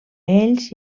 ells